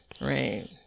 right